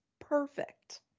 perfect